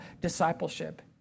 discipleship